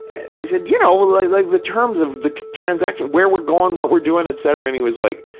i said, you know, like like the terms of the transaction, where we're going, what we're doing, etc. and he was like,